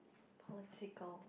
political